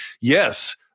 yes